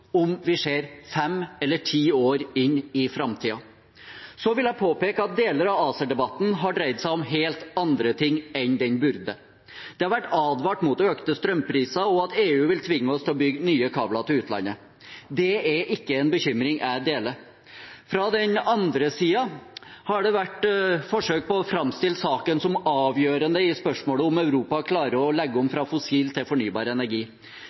om vi ser fem eller ti år inn i framtiden. Så vil jeg påpeke at deler av ACER-debatten har dreid seg om helt andre ting enn den burde. Det har vært advart mot økte strømpriser og om at EU vil tvinge oss til å bygge nye kabler til utlandet. Det er ikke en bekymring jeg deler. Fra den andre siden har det vært forsøk på å framstille saken som avgjørende i spørsmålet om Europa klarer å legge om fra fossil til fornybar energi.